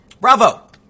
Bravo